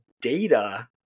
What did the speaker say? data